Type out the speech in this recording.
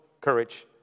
courage